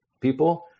people